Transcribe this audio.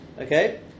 Okay